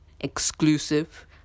exclusive